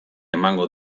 emango